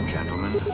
Gentlemen